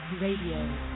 Radio